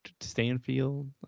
Stanfield